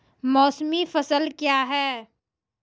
मौसमी फसल क्या हैं?